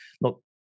look